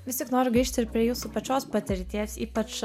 vis tik noriu grįžti ir prie jūsų pačios patirties ypač